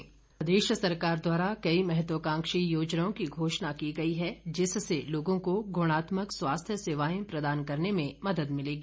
सुरेश भारद्वाज प्रदेश सरकार द्वारा कई महत्वकांक्षी योजनाओं की घोषणा की गई है जिससे लोगों को गुणात्मक स्वास्थ्य सेवाएं प्रदान करने में मदद मिलेगी